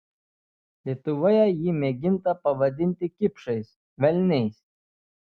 lietuvoje jį mėginta pavadinti kipšais velniais